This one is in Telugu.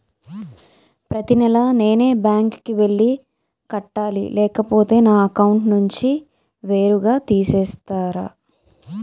ప్రతి నెల నేనే బ్యాంక్ కి వెళ్లి కట్టాలి లేకపోతే నా అకౌంట్ నుంచి నేరుగా తీసేస్తర?